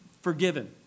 forgiven